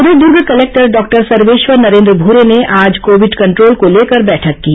उधर Durg collector doctor Sarveshwar Narendra Bhure ने आज कोविड कंटोल को लेकर बैठक ली